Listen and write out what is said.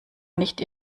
nicht